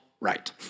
right